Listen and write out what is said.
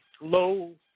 low